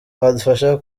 badufasha